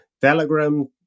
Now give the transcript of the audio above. Telegram